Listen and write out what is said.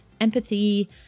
empathy